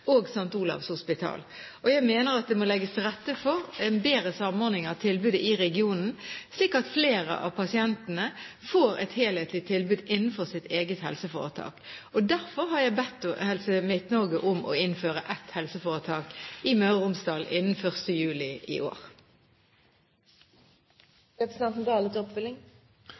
og St. Olavs hospital. Jeg mener at det må legges til rette for bedre samordning av tilbudet i regionen, slik at flere av pasientene får et helhetlig tilbud innenfor sitt eget helseforetak. Derfor har jeg bedt Helse Midt-Norge om å innføre ett helseforetak i Møre og Romsdal innen 1. juli i år.